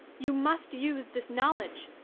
you must use this knowledge.